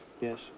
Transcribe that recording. Yes